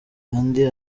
andi